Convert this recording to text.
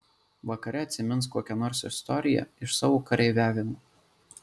vakare atsimins kokią nors istoriją iš savo kareiviavimo